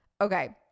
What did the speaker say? Okay